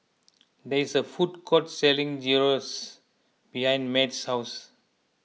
there is a food court selling Gyros behind Math's house